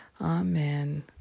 Amen